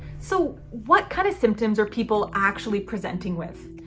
so what kind of symptoms are people actually presenting with?